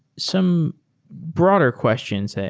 some broader questions, and